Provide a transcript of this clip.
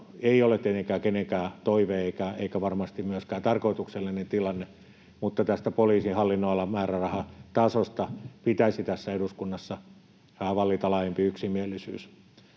ei ole tietenkään kenenkään toive eikä varmasti myöskään tarkoituksellinen tilanne, mutta tästä poliisin hallinnonalan määrärahatasosta pitäisi eduskunnassa vallita laajempi yksimielisyys